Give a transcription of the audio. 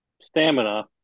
stamina